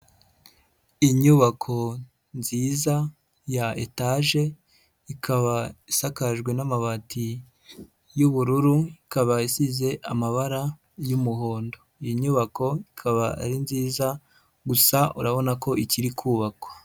Inyubako nziza ya etaje, ikaba isakajwe n'amabati y'ubururu, ikaba yagize amabara y'umuhondo. Iyi nyubako ikaba ari nziza, gusa urabona ko ikiri kubakwa.